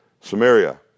Samaria